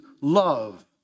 love